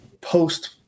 post